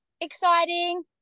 exciting